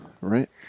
Right